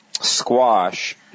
squash